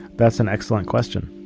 that's an excellent question.